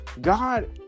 God